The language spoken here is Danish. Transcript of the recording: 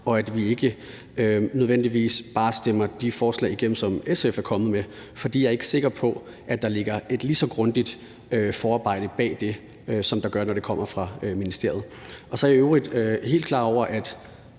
nødvendigvis bare stemmer de forslag igennem, som SF er kommet med. For jeg er ikke sikker på, at der ligger et lige så grundigt forarbejde bag det, som der gør, når det kommer fra ministeriet. Jeg er i øvrigt helt klar over,